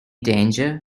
danger